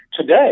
Today